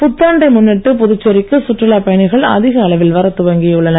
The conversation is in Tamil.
புத்தாண்டை முன்னிட்டு புதுச்சேரிக்கு சுற்றுலா பயணிகள் அதிக அளவில் வரத் துவங்கியுள்ளனர்